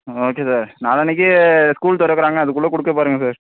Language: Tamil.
ஓகே சார் நாளான்னைக்கு ஸ்கூல் திறக்குறாங்க அதுக்குள்ளே கொடுக்க பாருங்கள் சார்